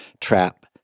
trap